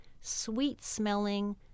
sweet-smelling